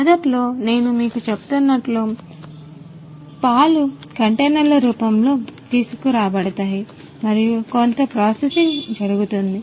మొదట్లో నేను మీకు చెప్తున్నట్లు పాలు కంటైనర్ల రూపంలో తీసుకురాబడతాయి మరియు కొంత ప్రాసెసింగ్ జరుగుతుంది